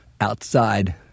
outside